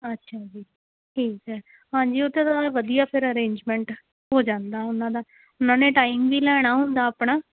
ਅੱਛਾ ਜੀ ਠੀਕ ਹੈ ਹਾਂਜੀ ਉੱਥੇ ਤਾਂ ਵਧੀਆ ਫਿਰ ਅਰੇਂਜਮੈਂਟ ਹੋ ਜਾਂਦਾ ਉਹਨਾਂ ਦਾ ਉਹਨਾਂ ਨੇ ਟਾਈਮ ਵੀ ਲੈਣਾ ਹੁੰਦਾ ਆਪਣਾ